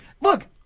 Look